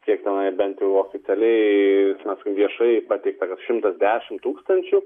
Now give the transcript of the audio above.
kiek tenai bent jau oficialiai viešai pateikta šimtas dešimt tūkstančių